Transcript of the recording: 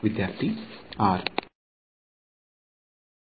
ವಿದ್ಯಾರ್ಥಿ r